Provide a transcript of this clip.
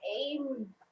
AIM